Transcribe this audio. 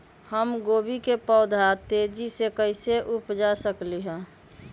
हम गोभी के पौधा तेजी से कैसे उपजा सकली ह?